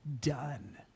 done